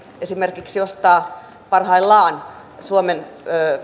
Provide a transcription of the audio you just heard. esimerkiksi ostaa parhaillaan suomen